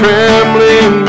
Trembling